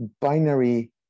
binary